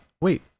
wait